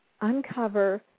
uncover